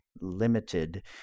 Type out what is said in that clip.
limited